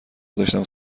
داشتم